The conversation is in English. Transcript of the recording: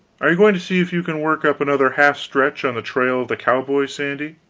are you going to see if you can work up another half-stretch on the trail of the cowboys, sandy?